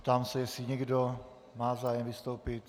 Ptám se, jestli někdo má zájem vystoupit.